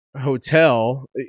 hotel